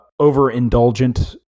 overindulgent